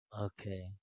Okay